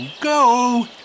go